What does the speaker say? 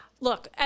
Look